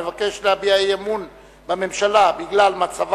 המבקש להביע אי-אמון בממשלה בגלל מצבה